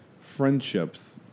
friendships